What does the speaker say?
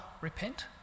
repent